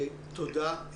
תודה.